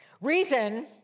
Reason